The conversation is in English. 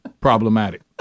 problematic